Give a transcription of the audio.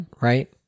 right